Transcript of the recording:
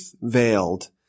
veiled